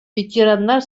ветераннар